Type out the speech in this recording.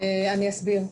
אני אסביר.